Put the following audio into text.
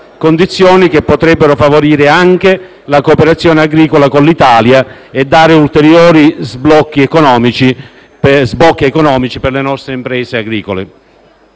- queste - che potrebbero favorire anche la cooperazione agricola con l'Italia e dare ulteriori sbocchi economici alle nostre imprese agricole.